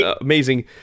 amazing